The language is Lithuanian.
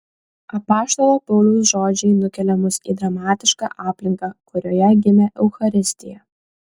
apaštalo pauliaus žodžiai nukelia mus į dramatišką aplinką kurioje gimė eucharistija